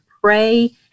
pray